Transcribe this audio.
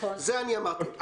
את זה אני אמרתי.